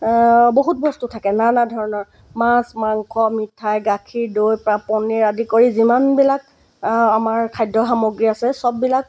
বহুত বস্তু থাকে নানা ধৰণৰ মাছ মাংস মিঠাই গাখীৰ দৈৰপৰা পনীৰ আদি কৰি যিমানবিলাক আমাৰ খাদ্য সামগ্ৰী আছে চববিলাক